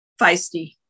Feisty